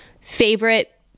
favorite